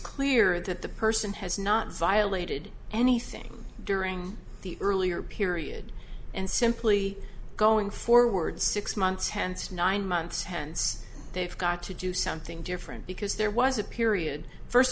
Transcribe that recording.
clear that the person has not violated anything during the earlier period and simply going forward six months hence nine months hence they've got to do something different because there was a period first